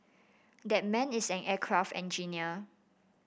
that man is an aircraft engineer